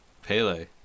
Pele